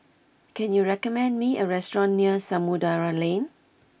can you recommend me a restaurant near Samudera Lane